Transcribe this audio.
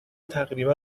تقریبا